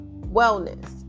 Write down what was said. wellness